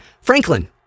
Franklin